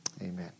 Amen